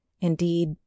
Indeed